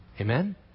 Amen